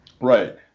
Right